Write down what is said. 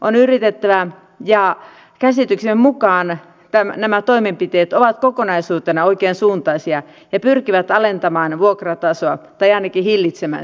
on yritettävä ja käsitykseni mukaan nämä toimenpiteet ovat kokonaisuutena oikeansuuntaisia ja pyrkivät alentamaan vuokratasoa tai ainakin hillitsemään sitä